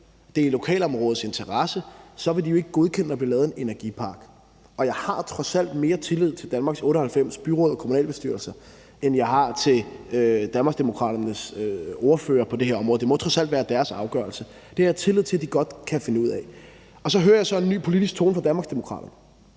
det er i lokalområdet interesse, vil de jo ikke godkende, at der bliver lavet en energipark. Og jeg har trods alt mere tillid til Danmarks 98 byråd og kommunalbestyrelser, end jeg har til Danmarksdemokraternes ordfører på det her område. Det må trods alt være deres afgørelse. Det har jeg tillid til at de godt kan finde ud af. Så hører jeg en ny politisk tone fra Danmarksdemokraterne: